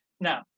Now